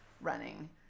running